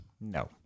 No